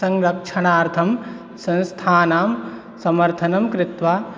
संरक्षणार्थं संस्थानां समर्थनं कृत्वा